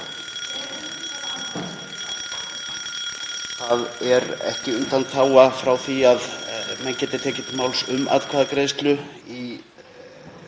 Það er ekki undanþága frá því að menn geti tekið til máls um atkvæðagreiðslu í